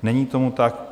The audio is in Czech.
Není tomu tak.